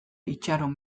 itxaron